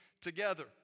together